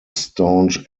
staunch